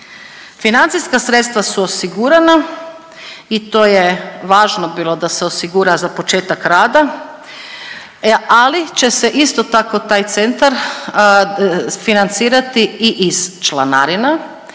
Financijska sredstva su osigurana i to je važno bilo da e osigura za početak rada, ali će se isto tako taj centar financirati i iz članarina